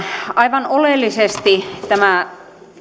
aivan oleellisesti tämä